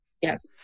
Yes